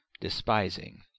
despising